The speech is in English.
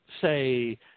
say